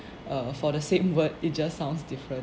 err for the same word it just sounds different